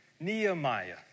Nehemiah